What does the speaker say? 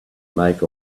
make